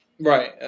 Right